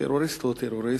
טרוריסט הוא טרוריסט,